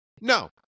No